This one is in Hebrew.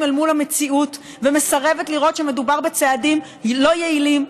אל מול המציאות ומסרבת לראות שמדובר בצעדים לא יעילים,